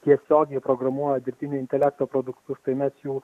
tiesiogiai programuoja dirbtinio intelekto produktus kai mes jų